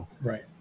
Right